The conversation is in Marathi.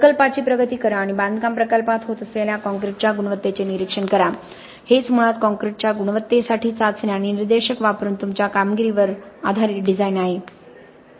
प्रकल्पाची प्रगती करा आणि बांधकाम प्रकल्पात होत असलेल्या काँक्रीटच्या गुणवत्तेचे निरीक्षण करा हेच मुळात काँक्रीटच्या गुणवत्तेसाठी चाचण्या आणि निर्देशक वापरून तुमच्या कामगिरीवर आधारित डिझाइन आहे